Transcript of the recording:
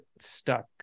stuck